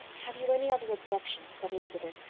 have you any other objection, said elizabeth,